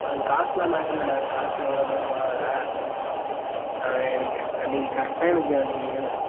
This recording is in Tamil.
காசுலாம் மேட்ரு இல்லைண்ண காசு எவ்வளோ இருந்தாலும் பரவாயில்ல எனக்கு அன்றைக்கி கரெக்டாக எனக்கு அன்றைக்கி வேணும்